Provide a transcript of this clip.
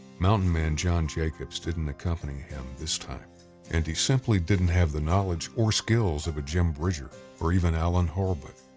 mountain man john jacobs didn't accompany him this time and he simply didn't have the knowledge or skills of a jim bridger or even alan hurlbut.